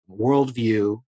worldview